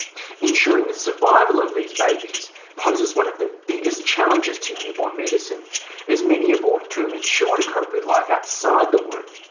ensuring the survival of these babies poses one of the biggest challenges to newborn medicine as many are born too immature to cope with life outside the womb.